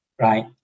right